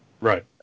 Right